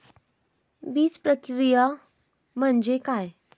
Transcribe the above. बीजप्रक्रिया म्हणजे काय?